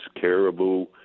caribou